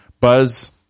Buzz